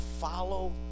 follow